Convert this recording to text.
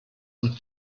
und